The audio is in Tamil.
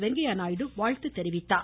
வெங்கையா நாயுடு வாழ்த்து தெரிவித்தார்